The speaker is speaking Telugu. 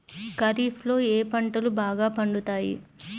ఖరీఫ్లో ఏ పంటలు బాగా పండుతాయి?